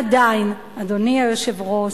עדיין, אדוני היושב-ראש,